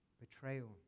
betrayal